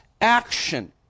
action